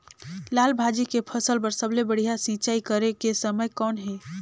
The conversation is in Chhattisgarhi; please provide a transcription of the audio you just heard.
लाल भाजी के फसल बर सबले बढ़िया सिंचाई करे के समय कौन हे?